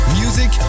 music